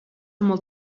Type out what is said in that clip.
molt